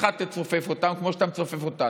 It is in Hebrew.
אז 1. תצופף אותם כמו שאתה מצופף אותנו,